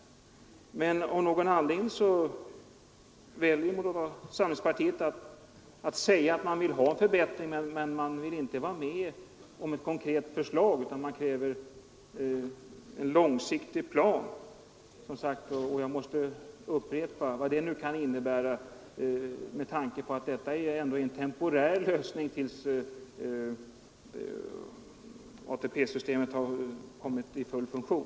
Av någon anledning väljer moderata samlingspartiet att säga att man vill ha en förbättring, men man vill inte vara med om ett konkret förslag, utan man kräver en långsiktig plan, vad det nu kan innebära med tanke på att detta ändå är en temporär lösning tills ATP-systemet kommit i full funktion.